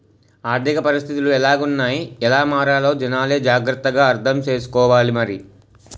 ఆర్థిక పరిస్థితులు ఎలాగున్నాయ్ ఎలా మారాలో జనాలే జాగ్రత్త గా అర్థం సేసుకోవాలి మరి